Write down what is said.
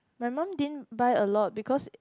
my mum didn't buy a lot because it